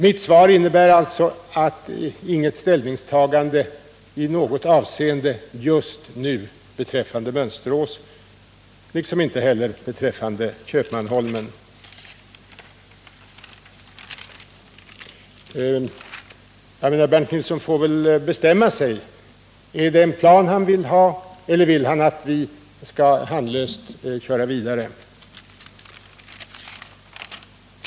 Mitt svar innebär alltså inget ställningstagande i något avseende just nu beträffande Mönsterås liksom inte heller beträffande Köpmanholmen. Men Bernt Nilsson får väl bestämma sig: Är det en plan han vill ha, eller vill han att vi skall handlöst köra vidare?